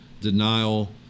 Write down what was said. denial